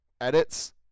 edits